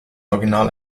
original